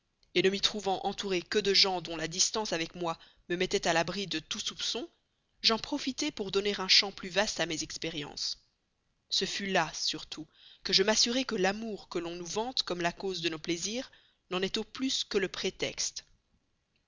l'étude ne m'y trouvant entourée que de gens dont la distance avec moi me mettait à l'abri du soupçon j'en profitai pour donner un champ plus vaste à mes expériences ce fut là surtout que je m'assurai que l'amour qu'on nous vante comme la cause de nos plaisirs n'en est au plus que le prétexte